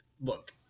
look